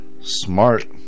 Smart